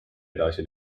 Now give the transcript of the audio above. edasi